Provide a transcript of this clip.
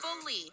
fully